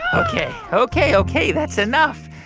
ok. ok. ok. that's enough.